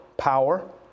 power